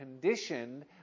conditioned